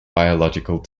biological